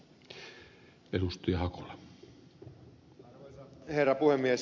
arvoisa herra puhemies